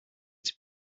its